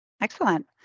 Excellent